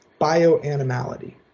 bioanimality